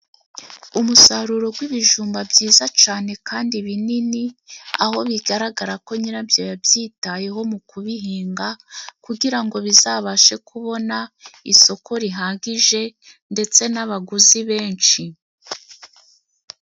Umusaruro gw'ibijumba byiza cane kandi binini aho bigaragara ko nyirabyo yabyitayeho mu kubihinga kugirango bizabashe kubona isoko rihagije ndetse n'abaguzi benshi.